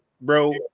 bro